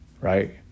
Right